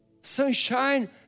Sunshine